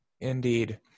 Indeed